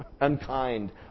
unkind